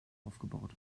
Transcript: aufgebaut